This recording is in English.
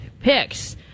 picks